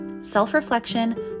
Self-reflection